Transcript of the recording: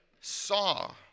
saw